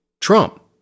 Trump